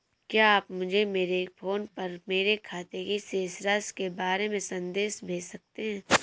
क्या आप मुझे मेरे फ़ोन पर मेरे खाते की शेष राशि के बारे में संदेश भेज सकते हैं?